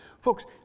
Folks